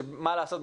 שמה לעשות,